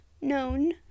known